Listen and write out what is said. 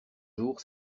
jour